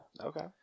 Okay